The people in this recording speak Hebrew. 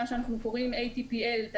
מה שאנחנו קוראים ATPL,